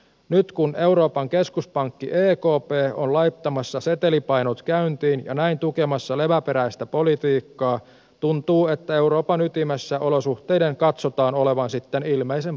nyt kun euroopan keskuspankki ekp on laittamassa setelipainot käyntiin ja näin tukemassa leväperäistä politiikkaa tuntuu että euroopan ytimessä olosuhteiden katsotaan olevan sitten ilmeisen poikkeukselliset